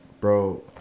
bro